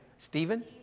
Stephen